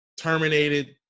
terminated